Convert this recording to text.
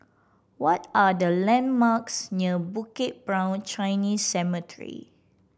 what are the landmarks near Bukit Brown Chinese Cemetery